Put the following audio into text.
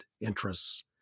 interests